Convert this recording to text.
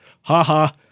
ha-ha